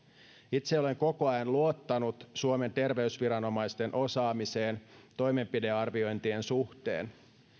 itse olen koko ajan luottanut suomen terveysviranomaisten osaamiseen toimenpidearviointien suhteen